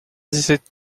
cette